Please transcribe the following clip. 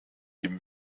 dem